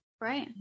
Right